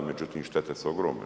Međutim, štete su ogromne.